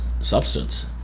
substance